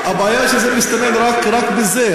הבעיה שזה מסתכם רק בזה,